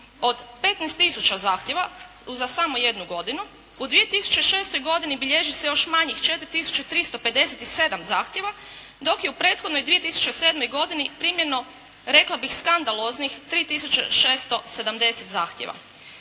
od 15 tisuća zahtjeva uza samo jednu godinu, u 2006. godini bilježi se još manjih 4 tisuće 357 zahtjeva, dok je u prethodnoj 2007. godini primljeno rekla bih skandaloznih 3 tisuće 670 zahtjeva.